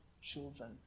children